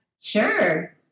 Sure